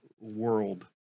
world—